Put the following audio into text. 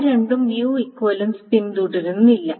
ഇവ രണ്ടും view equivalence പിന്തുടരുന്നില്ല